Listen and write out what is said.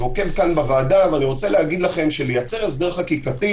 ועוקב כאן אחרי הוועדה שמעתי את